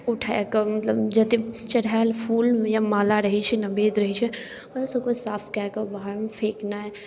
उठाए कऽ मतलब जतेक चढ़ाएल फूल होइए माला रहैत छै नैवेद्य रहैत छै ओहिसब कऽ साफ कए कऽ बाहरमे फेकनाइ